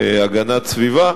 בהגנת סביבה.